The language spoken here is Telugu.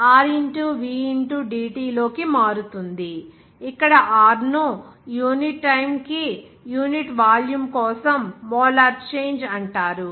dt లోకి మారుతుంది ఇక్కడ r ను యూనిట్ టైమ్ కి యూనిట్ వాల్యూమ్ కోసం మోలార్ చేంజ్ అంటారు